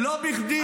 לא בכדי,